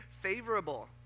favorable